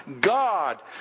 God